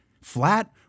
flat